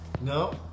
No